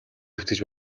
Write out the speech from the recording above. хэвтэж